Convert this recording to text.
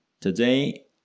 Today